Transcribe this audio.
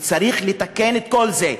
צריך לתקן את כל זה,